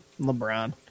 LeBron